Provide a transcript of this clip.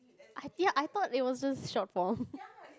I ya I thought it was just short form